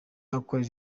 akorera